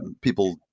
people